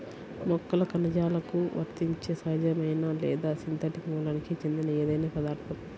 మొక్కల కణజాలాలకు వర్తించే సహజమైన లేదా సింథటిక్ మూలానికి చెందిన ఏదైనా పదార్థం